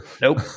Nope